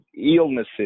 illnesses